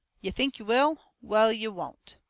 you think you will? well, you won't!